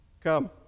Come